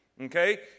okay